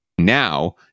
Now